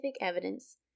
evidence